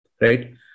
right